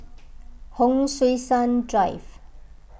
Hon Sui Sen Drive